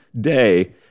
day